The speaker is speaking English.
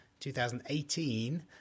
2018